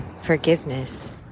forgiveness